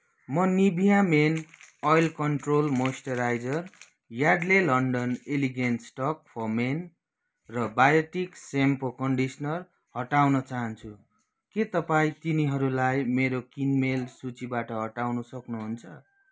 म Nivea men oil control moisturiser Yardley London elegance talc for men र Biotique shampoo conditioner हटाउन चाहन्छु के तपाईँ तिनीहरूलाई मेरो किनमेल सूचीबाट हटाउन सक्नुहुन्छ